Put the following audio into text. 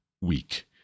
weak